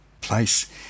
place